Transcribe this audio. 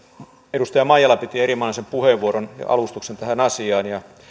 edustaja maijala piti erinomaisen puheenvuoron ja alustuksen tähän asiaan ja